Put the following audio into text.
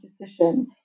decision